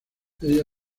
ella